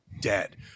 dead